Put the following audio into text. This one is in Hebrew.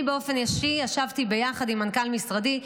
אני באופן אישי ישבתי יחד עם מנכ"ל משרדי,